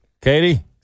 Katie